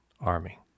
army